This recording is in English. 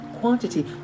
quantity